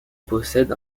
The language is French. possède